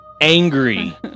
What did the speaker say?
angry